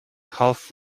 half